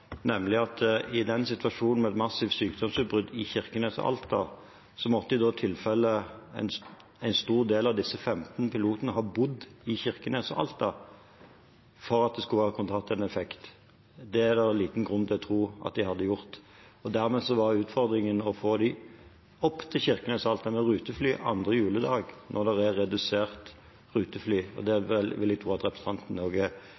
nemlig at i en situasjon med et massivt sykdomsutbrudd i Kirkenes og Alta måtte i tilfelle en stor del av disse 15 pilotene ha bodd i Kirkenes og Alta for at det skulle hatt en effekt. Det er det liten grunn til å tro at de hadde gjort. Dermed var utfordringen å få dem opp til Kirkenes og Alta med rutefly 2. juledag, når det er redusert